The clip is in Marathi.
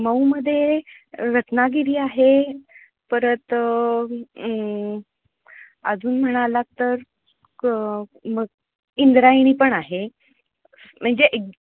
मऊमध्ये रत्नागिरी आहे परत अजून म्हणालात तर क म इंद्रायणी पण आहे म्हणजे एक